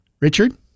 richard